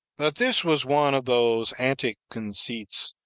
but this was one of those antic conceits,